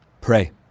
Pray